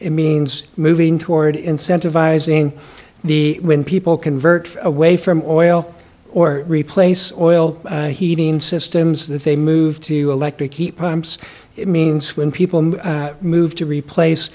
it means moving toward incentivizing the when people convert away from oil or replace oil heating systems that they move to electric heat prime's it means when people move to replace